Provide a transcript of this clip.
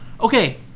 Okay